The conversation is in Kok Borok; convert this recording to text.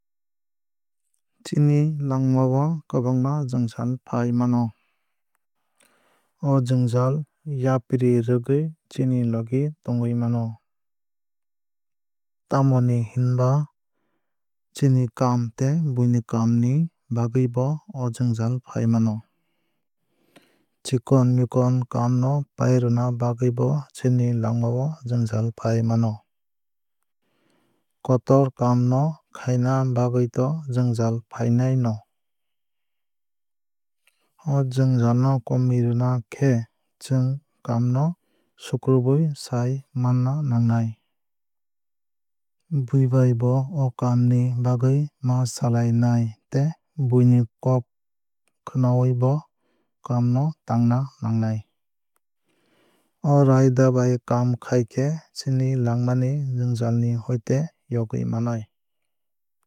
Chini langma o kwbangma jwngjal fai mano. O jwngjal yapri rwgwui chini logi tongwui mano. Tamoni hinba chini kaam tei buini kaam ni bagwui bo o jwnngjal fai mano. Chikon mikon kaam no pairwna bagwui bo chini langma o jwngjal fai mano. Kotor kaam no khaina bagwui to jwngjal fainai no. O jwngjal no komirwna khe chwng kaam no sukrubui sai manna nangnai. Bui bai bo o kaam ni bagwui ma salai nai tei buini kok khwnawui bo kaam no tanga nangnai. O raida bai kaam khaikhe chini langma ni jwngjal ni hoite yogwui manai.